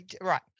right